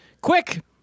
quick